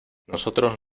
nosotros